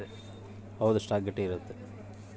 ರೊಕ್ಕ ಹಾಕೊದ್ರೀಂದ ಕಂಪನಿ ದು ಸ್ಟಾಕ್ ಗಟ್ಟಿ ಇರುತ್ತ